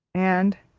and,